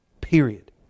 Period